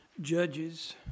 Judges